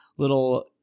little